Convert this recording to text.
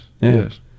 Yes